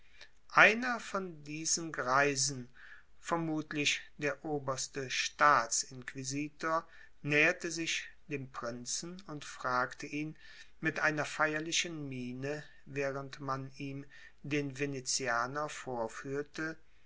einer von diesen greisen vermutlich der oberste staatsinquisitor näherte sich dem prinzen und fragte ihn mit einer feierlichen miene während man ihm den venezianer vorführte